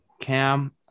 Cam